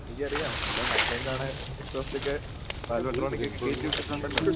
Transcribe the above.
എനിക്ക് അറിയാം അവളുടെ ഹസ്ബൻഡാണ് ഇലക്ട്രോണിക്കെക്കെ കയറ്റി വിട്ടിട്ടുണ്ടല്ലോ